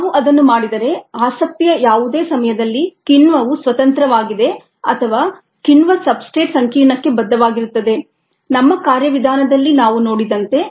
ನಾವು ಅದನ್ನು ಮಾಡಿದರೆ ಆಸಕ್ತಿಯ ಯಾವುದೇ ಸಮಯದಲ್ಲಿ ಕಿಣ್ವವು ಸ್ವತಂತ್ರವಾಗಿದೆ ಅಥವಾ ಕಿಣ್ವ ಸಬ್ಸ್ಟ್ರೇಟ್ ಸಂಕೀರ್ಣಕ್ಕೆ ಬದ್ಧವಾಗಿರುತ್ತದೆ ನಮ್ಮ ಕಾರ್ಯವಿಧಾನದಲ್ಲಿ ನಾವು ನೋಡಿದಂತೆ